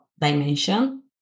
dimension